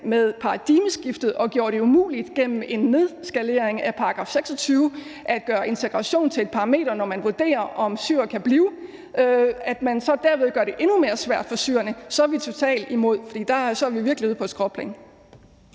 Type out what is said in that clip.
med paradigmeskiftet og gjorde det umuligt gennem en nedskalering af § 26 at gøre integration til et parameter, når man vurderer, om syrere kan blive, og man så derved gør det endnu mere svært for syrerne, så er vi totalt imod. For så er vi virkelig ude på et skråplan.